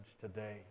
today